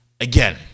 Again